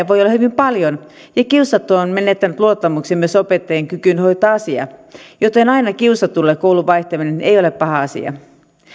voi olla hyvin paljon ja kiusattu on menettänyt luottamuksen myös opettajien kykyyn hoitaa asia joten aina kiusatulle koulun vaihtaminen ei ole paha asia